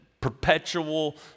perpetual